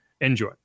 Enjoy